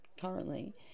currently